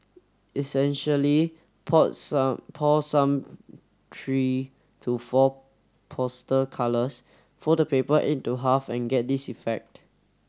essentially poured some pour some three to four poster colours fold the paper into half and get this effect